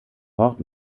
port